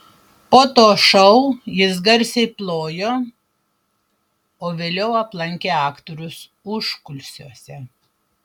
po to šou jis garsiai plojo o vėliau aplankė aktorius užkulisiuose